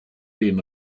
den